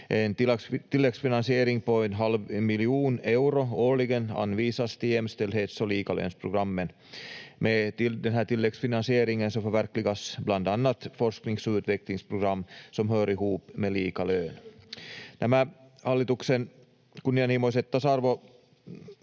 En tilläggsfinansiering på en halv miljon euro årligen anvisas till jämställdhets- och likalönsprogrammet. Med den här tilläggsfinansieringen förverkligas bland annat forsknings- och utvecklingsprogram som hör ihop med lika lön.